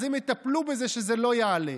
אז הם יטפלו בזה שזה לא יעלה.